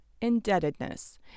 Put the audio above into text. indebtedness